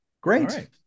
Great